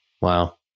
Wow